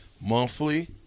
monthly